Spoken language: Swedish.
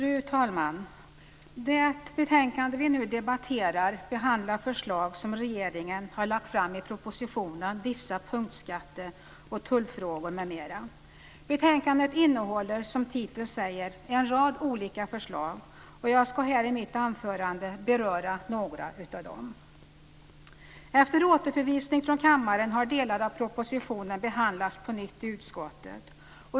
Fru talman! Det betänkande vi nu debatterar behandlar förslag som regeringen har lagt fram i propositionen Vissa punktskatte och tullfrågor m.m. Betänkandet innehåller, som titeln säger, en rad olika förslag, och jag ska här i mitt anförande beröra några av dem. Efter återförvisning från kammaren har delar av propositionen behandlats på nytt i utskottet.